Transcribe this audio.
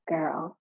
Girl